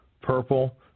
purple